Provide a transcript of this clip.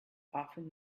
often